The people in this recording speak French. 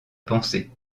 pensée